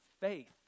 faith